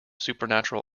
supernatural